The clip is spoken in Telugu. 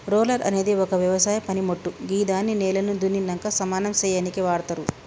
రోలర్ అనేది ఒక వ్యవసాయ పనిమోట్టు గిదాన్ని నేలను దున్నినంక సమానం సేయనీకి వాడ్తరు